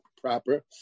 proper